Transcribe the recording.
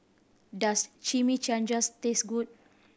does Chimichangas taste good